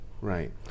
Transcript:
Right